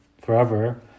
forever